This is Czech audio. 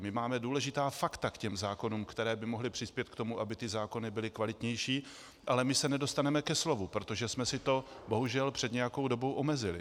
My máme důležitá fakta k těm zákonům, která by mohla přispět k tomu, aby ty zákony byly kvalitnější, ale my se nedostaneme ke slovu, protože jsme si to bohužel před nějakou dobou omezili.